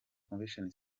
convention